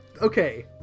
Okay